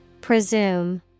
Presume